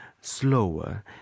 slower